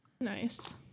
Nice